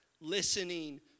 listening